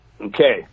Okay